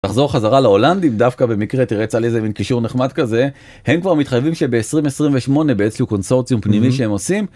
תחזור חזרה להולנדים, דווקא במקרה תראה יצא לי קישור נחמד כזה, הם כבר מתחייבים שב-2028 באיזה קונסורציום פנימי שהם עושים,